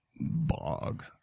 Bog